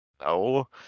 no